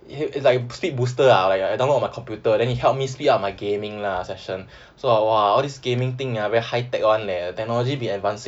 it is like a speed booster lah I download on my computer then it helped me speed up my gaming lah session so !wah! all this gaming thing very high tech [one] eh technology be like advancing right do you agree